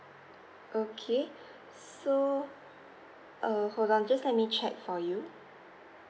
okay so err hold on just let me check for you